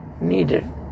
needed